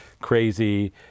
crazy